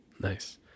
Nice